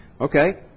okay